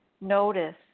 notice